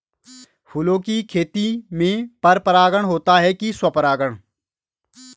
फूलों की खेती में पर परागण होता है कि स्वपरागण?